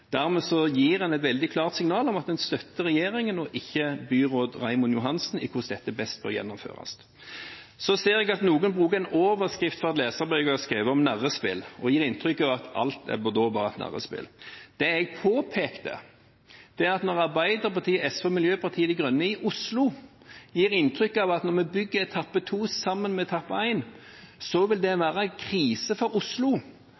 Dermed gir de et veldig klart signal om at de støtter regjeringen og ikke byråd Raymond Johansen i hvordan dette best skal gjennomføres. For det andre ser jeg at noen bruker en overskrift fra et leserbrev jeg har skrevet om narrespill, og gir inntrykk av at alt bare er et narrespill. Det jeg påpekte, var at Arbeiderpartiet, SV og Miljøpartiet De Grønne i Oslo gir inntrykk av at når vi bygger etappe 2 sammen med etappe 1, vil det være krise for Oslo.